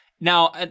Now